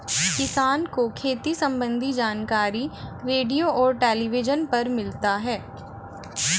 किसान को खेती सम्बन्धी जानकारी रेडियो और टेलीविज़न पर मिलता है